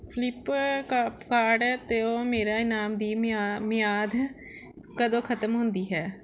Flipkart card ਤੋਂ ਮੇਰੇ ਇਨਾਮ ਦੀ ਮਿ ਮਿਆਦ ਕਦੋਂ ਖਤਮ ਹੁੰਦੀ ਹੈ